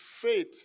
faith